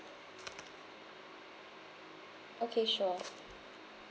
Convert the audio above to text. okay sure